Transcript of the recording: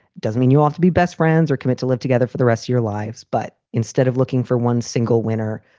doesn't mean you ought to be best friends or commit to live together for the rest of your lives. but instead of looking for one single winner,